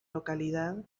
localidad